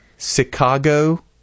Chicago